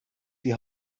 wie